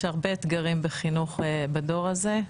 יש הרבה אתגרים בחינוך בדור הזה,